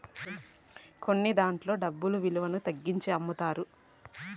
కొన్నదాంట్లో డబ్బు విలువను తగ్గించి అమ్ముతారు